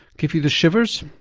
give you the shivers?